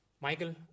Michael